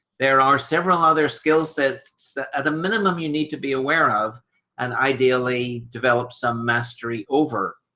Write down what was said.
there are several other skill sets that the minimum you need to be aware of and ideally develop some mastery over,